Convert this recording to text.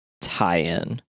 tie-in